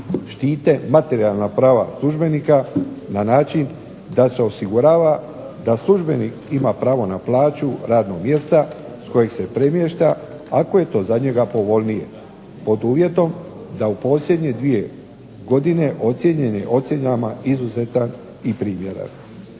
štite materijalna prava službenika na način da se osigurava da službenik ima pravo na plaću radnog mjesta s kojeg se premješta ako je to za njega povoljnije, pod uvjetom da u posljednje dvije godine ocijenjen je ocjenama izuzetan i primjeran.